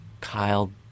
Kyle